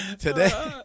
Today